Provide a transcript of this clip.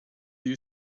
you